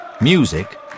Music